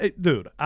Dude